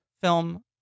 film